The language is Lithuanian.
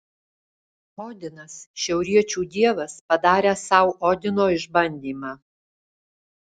odinas šiauriečių dievas padaręs sau odino išbandymą